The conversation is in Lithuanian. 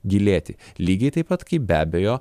gilėti lygiai taip pat kaip be abejo